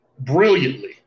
brilliantly